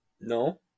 No